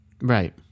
Right